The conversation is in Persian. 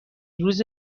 روز